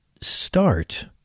start